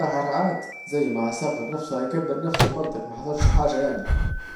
ده ساحر عاد، زي ما هيصغر نفسه هيكبر نفسه محصلش حاجة يعني